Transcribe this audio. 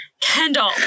Kendall